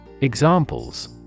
Examples